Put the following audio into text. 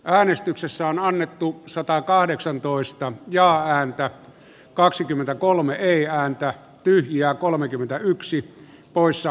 äänestyksessä on annettu satakahdeksantoista ja häntä kaksikymmentä kolme ihan tyyni ja kolmekymmentäyksi poissa